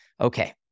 okay